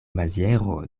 maziero